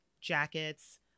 jackets